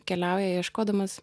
keliauja ieškodamas